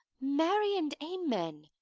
marry, and amen,